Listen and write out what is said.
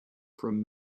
from